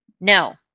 no